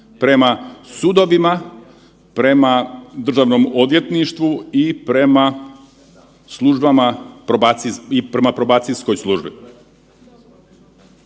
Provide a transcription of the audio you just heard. prema sudovima, prema Državnom odvjetništvu i prema službama